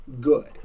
good